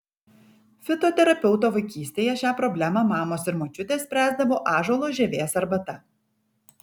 fitoterapeuto vaikystėje šią problemą mamos ir močiutės spręsdavo ąžuolo žievės arbata